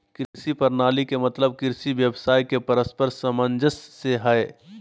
कृषि प्रणाली के मतलब कृषि व्यवसाय के परस्पर सामंजस्य से हइ